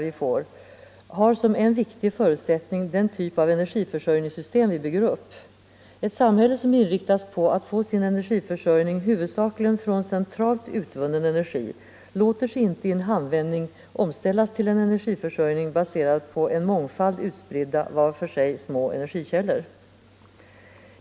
vi får har som en viktig förutsättning den typ av energiförsörjningssystem vi bygger upp. Ett samhälle som inriktas på att få sin energiförsörjning huvudsakligen från centralt utvunnen energi låter sig inte i en handvändning omställas till en energiförsörjning baserad på en mångfald, utspridda, var för sig små energikällor.